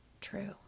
True